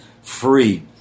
free